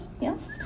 yes